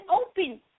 open